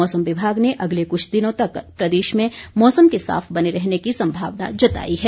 मौसम विभाग ने अगले कुछ दिनों तक प्रदेश में मौसम के साफ बने रहने की संभावना जताई है